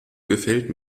gefällt